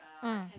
mm